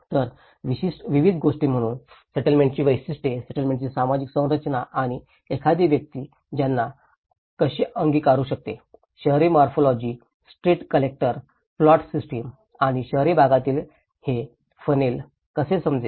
तर विविध गोष्टी म्हणून सेटलमेंटची वैशिष्ट्ये सेटलमेंटची सामाजिक संरचना आणि एखादी व्यक्ती त्यांना कशी अंगीकारू शकते शहरी morphology street character plot system आणि शहरी भागातील हे फनेल कसे समजेल